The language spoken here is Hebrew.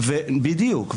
בדיוק,